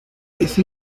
ese